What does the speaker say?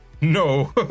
no